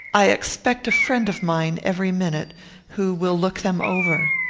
i expect a friend of mine every minute who will look them over.